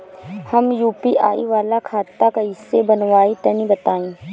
हम यू.पी.आई वाला खाता कइसे बनवाई तनि बताई?